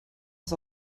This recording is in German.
das